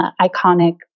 iconic